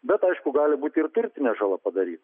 bet aišku gali būti ir turtinė žala padaryta